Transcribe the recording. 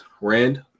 Rand